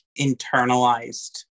internalized